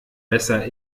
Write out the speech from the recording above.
besser